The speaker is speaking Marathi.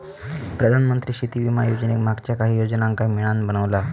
प्रधानमंत्री शेती विमा योजनेक मागच्या काहि योजनांका मिळान बनवला हा